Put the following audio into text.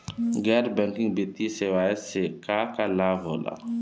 गैर बैंकिंग वित्तीय सेवाएं से का का लाभ होला?